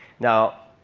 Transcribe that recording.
now,